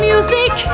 music